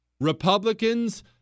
Republicans